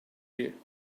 you